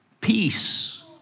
Peace